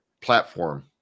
platform